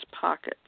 pockets